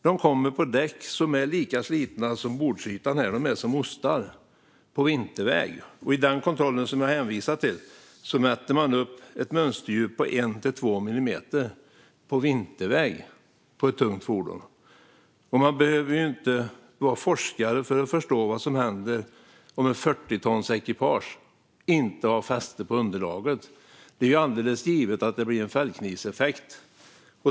De kör på däck som är lika slitna som bordsytan här. De är som ostar på vinterväg. I den kontroll som jag hänvisade till mätte man upp ett mönsterdjup på en till två millimeter på vinterväg på ett tungt fordon. Och man behöver ju inte vara forskare för att förstå vad som händer om ett 40-tonsekipage inte har fäste på underlaget. Det är ju helt givet att det blir en fällknivseffekt.